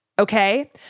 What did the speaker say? Okay